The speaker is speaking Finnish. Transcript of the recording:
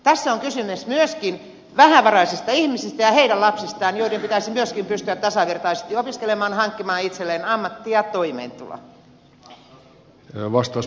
tässä on kysymys myöskin vähävaraisista ihmisistä ja heidän lapsistaan joiden pitäisi myöskin pystyä tasavertaisesti opiskelemaan hankkimaan itselleen ammatti ja toimeentulo